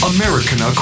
American